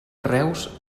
reus